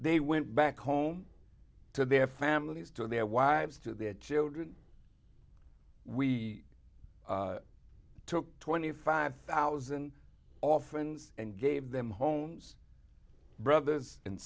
they went back home to their families to their wives to their children we took twenty five thousand orphans and gave them homes brothers and